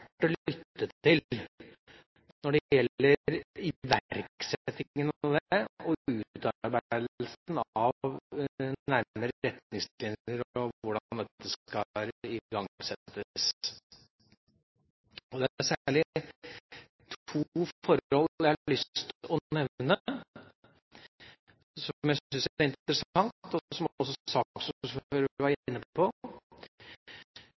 til når det gjelder iverksettelsen av det og utarbeidelsen av nærmere retningslinjer, og hvordan dette skal igangsettes. Det er særlig to forhold jeg har lyst til å nevne, som jeg synes er interessante, og som også saksordføreren var